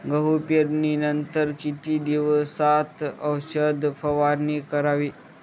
गहू पेरणीनंतर किती दिवसात औषध फवारणी करावी?